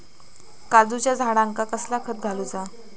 काजूच्या झाडांका कसला खत घालूचा?